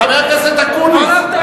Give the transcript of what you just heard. חבר הכנסת אקוניס.